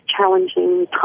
challenging